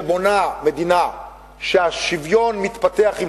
שבונה מדינה שהשוויון מתפתח בה,